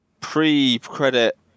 pre-credit